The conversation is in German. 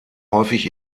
häufig